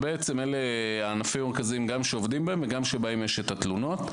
אלו הענפים המרכזיים בהם עובדים ושבהם יש גם תלונות.